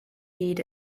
heed